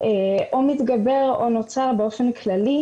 או מתגבר או נוצר באופן כללי,